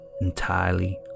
entirely